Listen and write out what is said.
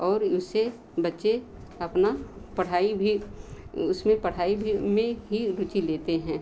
और उससे बच्चे अपना पढ़ाई भी उसमें पढ़ाई भी में ही रूचि लेते हैं